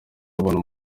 babona